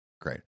great